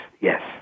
Yes